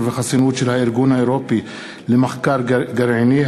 וחסינויות של הארגון האירופי למחקר גרעיני,